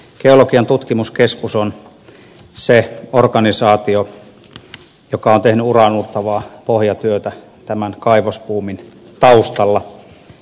geologian tutkimuskeskus on se organisaatio joka on tehnyt uraauurtavaa pohjatyötä tämän kaivosbuumin taustalla